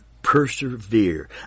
persevere